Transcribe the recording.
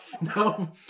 No